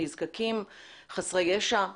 נזקקים וחסרי ישע,